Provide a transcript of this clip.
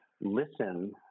listen